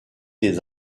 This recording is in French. des